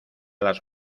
las